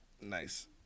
Nice